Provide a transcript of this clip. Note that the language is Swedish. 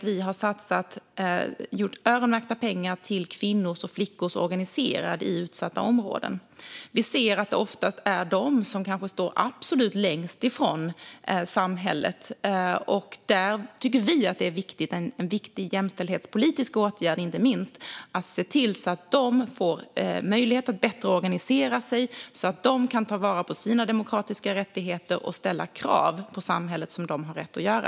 Vi har satsat öronmärkta pengar på kvinnors och flickors organisering i utsatta områden. Vi ser att det oftast är de som kanske står absolut längst ifrån samhället. Vi tycker att det är viktigt - och inte minst en viktig jämställdhetspolitisk åtgärd - att se till att de får möjlighet att bättre organisera sig, så att de kan ta vara på sina demokratiska rättigheter och ställa krav på samhället som de har rätt att göra.